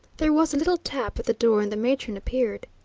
there was a little tap at the door and the matron appeared.